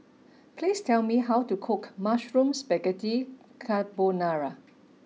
please tell me how to cook Mushroom Spaghetti Carbonara